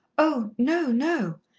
oh, no, no.